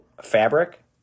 fabric